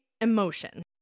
emotion